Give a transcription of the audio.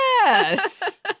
Yes